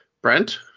Brent